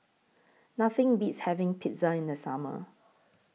Nothing Beats having Pizza in The Summer